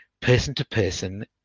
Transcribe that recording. person-to-person